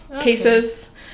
cases